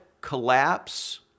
collapse